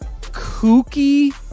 kooky